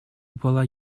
была